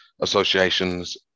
associations